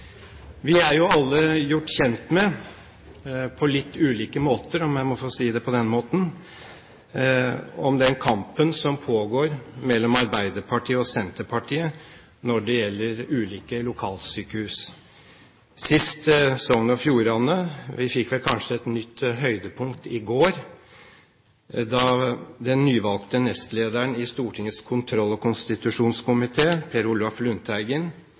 Vi er jo alle gjort kjent med – på litt ulike måter, om jeg må få si det slik – den kampen som pågår mellom Arbeiderpartiet og Senterpartiet når det gjelder ulike lokalsykehus, sist i Sogn og Fjordane. Vi fikk kanskje et nytt høydepunkt i går, da den nyvalgte nestlederen i Stortingets kontroll- og konstitusjonskomité, Per Olaf Lundteigen,